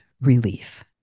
relief